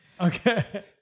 Okay